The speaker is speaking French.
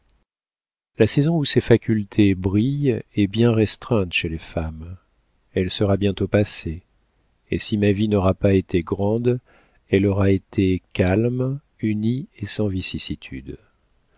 la saison où ces facultés brillent est bien restreinte chez les femmes elle sera bientôt passée et si ma vie n'aura pas été grande elle aura été calme unie et sans vicissitudes